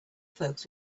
folks